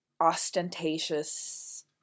ostentatious